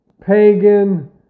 pagan